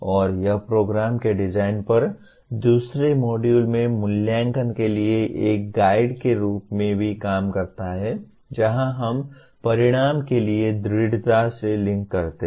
और यह प्रोग्राम के डिजाइन पर दूसरे मॉड्यूल में मूल्यांकन के लिए एक गाइड के रूप में भी काम करता है जहां हम परिणाम के लिए दृढ़ता से लिंक करते हैं